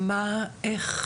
בוקר טוב,